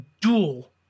duel